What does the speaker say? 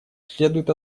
следует